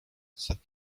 said